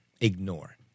ignore